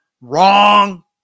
wrong